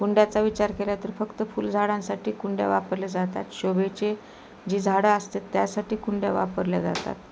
कुंड्याचा विचार केला तर फक्त फुलझाडांसाठी कुंड्या वापरल्या जातात शोभेची जी झाडं असते त्यासाठी कुंड्या वापरल्या जातात